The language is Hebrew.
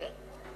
בבקשה.